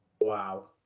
Wow